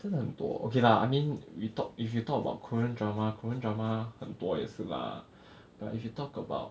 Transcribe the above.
真的很多 okay lah I mean we talk if you talk about korean drama korean drama 很多也是 lah but if you talk about